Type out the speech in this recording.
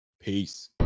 Peace